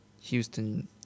Houston